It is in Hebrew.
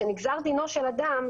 כשנגזר דינו של אדם,